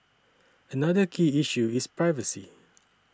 another key issue is privacy